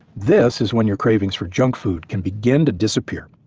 this is when you're cravings for junk food can begin to disappear.